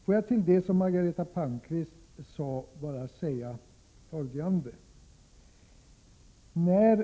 Får jag till det Margareta Palmqvist sade bara göra följande kommentar.